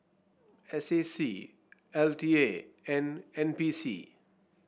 S A C L T A and N P C